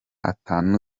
atanu